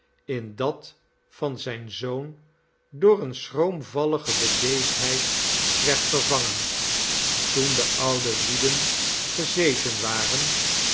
in dat van zijn zoon door eene schroomvallige bedeesdheid werd vervangen toen de oude lieden gezeten waren